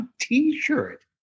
T-shirt